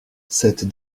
cette